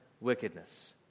wickedness